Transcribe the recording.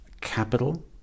capital